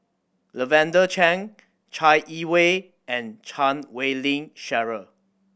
Lavender Chang Chai Yee Wei and Chan Wei Ling Cheryl